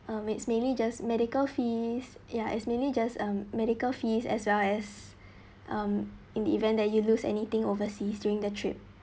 um it's mainly just medical fees ya it's mainly just a medical fees as well as in the event that you lose anything overseas during the trip